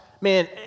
man